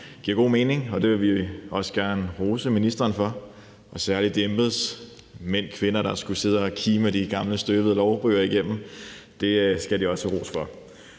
vi giver god mening, og det vil vi også gerne rose ministeren for – og særlig de embedsmænd- og kvinder, der har skullet sidde og kigge alle de gamle, støvede lovbøger igennem; det skal de også have ros